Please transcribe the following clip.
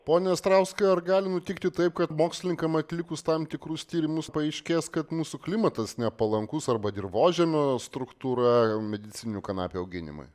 pone astrauskai ar gali nutikti taip kad mokslininkam atlikus tam tikrus tyrimus paaiškės kad mūsų klimatas nepalankus arba dirvožemio struktūra medicininių kanapių auginimui